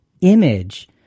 image